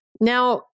Now